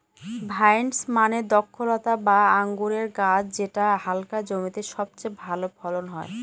vines মানে দ্রক্ষলতা বা আঙুরের গাছ যেটা হালকা জমিতে সবচেয়ে ভালো ফলন হয়